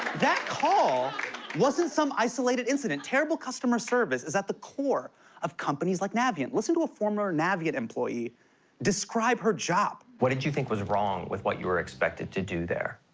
that call wasn't some isolated incident. terrible customer service is at the core of companies like navient. listen to a former navient employee describe her job. what did you think was wrong with what you were expected to do there?